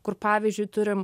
kur pavyzdžiui turime